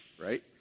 right